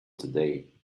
today